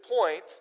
point